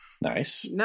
Nice